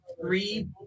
three